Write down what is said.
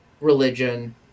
religion